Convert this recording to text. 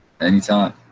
Anytime